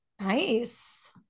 Nice